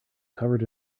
covered